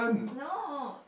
no